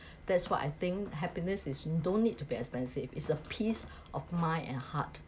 that's what I think happiness is don't need to be expensive is a peace of mind and heart